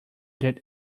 that